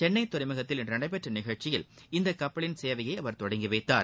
சென்னை துறைமுகத்தில் இன்று நடைபெற்ற நிகழ்ச்சியில் இந்த கப்பலின் சேவையை அவர் தொடங்கி வைத்தார்